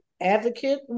advocate